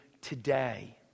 today